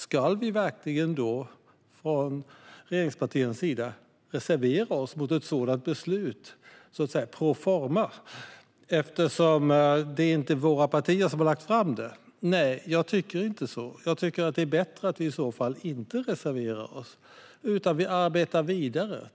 Ska vi då verkligen från regeringspartiernas sida reservera oss mot ett sådant beslut pro forma, eftersom det inte är våra partier som har lagt fram förslaget? Nej, jag tycker inte det. Jag tycker att det är bättre att vi inte reserverar oss utan arbetar vidare.